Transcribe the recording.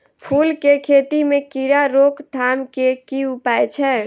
फूल केँ खेती मे कीड़ा रोकथाम केँ की उपाय छै?